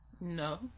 no